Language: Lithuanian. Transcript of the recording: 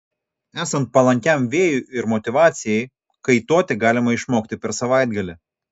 esant palankiam vėjui ir motyvacijai kaituoti galima išmokti per savaitgalį